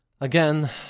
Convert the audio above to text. again